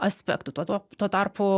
aspektų tuo tuo tuo tarpu